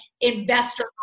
investor